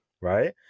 right